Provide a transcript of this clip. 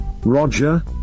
Roger